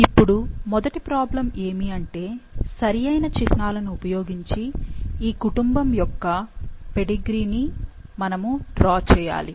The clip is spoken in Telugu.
ఇప్పుడు మొదటి ప్రాబ్లం ఏమి అంటే సరియైన చిహ్నాలను ఉపయోగించి ఈ కుటుంబం యొక్క పెడిగ్రీని మనము డ్రా చేయాలి